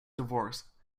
divorce